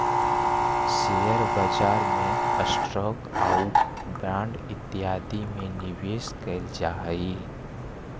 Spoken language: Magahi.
शेयर बाजार में स्टॉक आउ बांड इत्यादि में निवेश कैल जा हई